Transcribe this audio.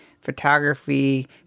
photography